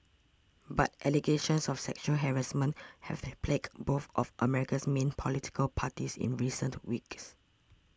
but allegations of sexual harassment have the plagued both of America's main political parties in recent weeks